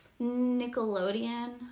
Nickelodeon